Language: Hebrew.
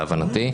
להבנתי.